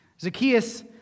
Zacchaeus